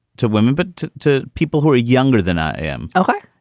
to women, but to to people who are younger than i am. oh,